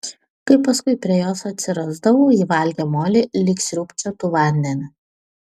kai paskui prie jos atsirasdavau ji valgė molį lyg sriūbčiotų vandenį